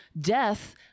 death